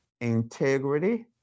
integrity